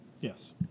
Yes